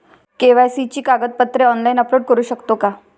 KYC ची कागदपत्रे online upload करू शकतो का?